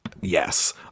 yes